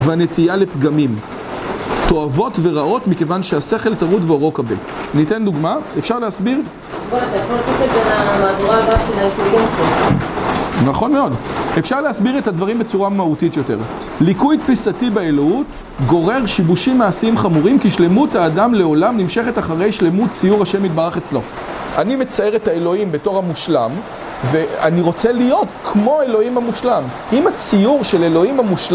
והנטייה לפגמים תועבות ורעות, מכיוון שהשכל טרוד ואורו כבה. ניתן דוגמה? אפשר להסביר? נכון מאוד אפשר להסביר את הדברים בצורה מהותית יותר ליקוי תפיסתי באלוהות גורר שיבושים מעשיים חמורים כי שלמות האדם לעולם נמשכת אחרי שלמות ציור ה' יתברך אצלו. אני מצייר את האלוהים בתור המושלם ואני רוצה להיות כמו אלוהים המושלם. אם הציור של אלוהים המושלם